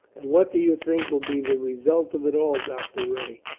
and what do you think will be the result of it all, doctor rae?